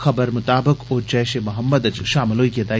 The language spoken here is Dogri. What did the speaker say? खबर मताबक ओ जैशे मोहम्मद च शामल होई गेदा ऐ